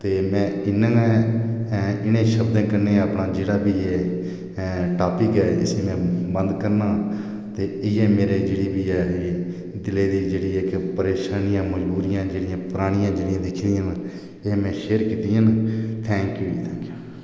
ते में इन्ने नै इनें शब्दें कन्नै अपना जेह्ड़ा बी एह् टापिक ऐ इसी मैं बंद करना ते इयै मेरे जेह्ड़ी बी ऐ दिल दी जेह्ड़ी इक परेशानियां मजबूरियां जेह्ड़ियां परानियां जेह्ड़ियां दिक्खे दियां एह् में शेयर कीत्तियां न थैंक यू जी थैंक यू